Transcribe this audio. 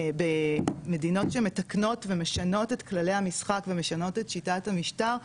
מדינות שמתקנות ומשנות את כללי המשחק ומשנות את שיטת המשטר,